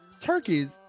Turkeys